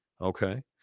Okay